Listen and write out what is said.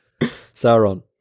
Sauron